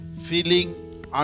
feeling